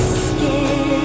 skin